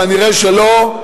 כנראה שלא.